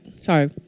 Sorry